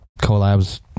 collabs